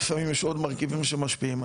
לפעמים יש עוד מרכיבים שמשפיעים.